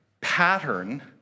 pattern